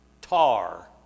tar